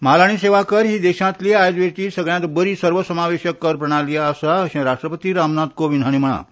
म्हाल आनी सेवा कर ही देशांतली आयज वेरची सगल्यांत बरी सर्वसमावेशक कर प्रणाली आसा अशें राष्ट्रपती रामनाथ कोविंद हांणी म्हळां